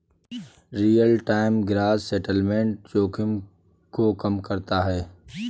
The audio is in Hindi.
रीयल टाइम ग्रॉस सेटलमेंट जोखिम को कम करता है